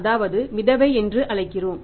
அதாவது மிதவை என்று அழைக்கிறோம்